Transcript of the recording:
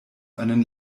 einen